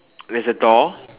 there's a door